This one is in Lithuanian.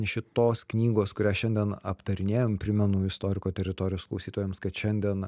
šitos knygos kurią šiandien aptarinėjam primenu istoriko teritorijos klausytojams kad šiandien